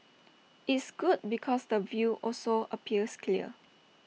it's good because the view also appears clear